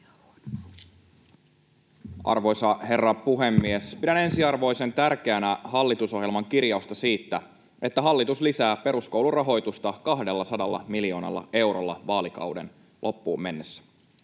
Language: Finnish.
Arvoisa herra puhemies! Pidän ensiarvoisen tärkeänä hallitusohjelman kirjausta siitä, että hallitus lisää peruskoulurahoitusta 200 miljoonalla eurolla vaalikauden loppuun mennessä.